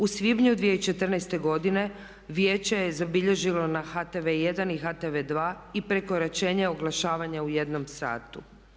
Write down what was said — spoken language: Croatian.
U svibnju 2014. godine Vijeće je zabilježilo na HTV1 i HTV2 i prekoračenje oglašavanja u jednom satu.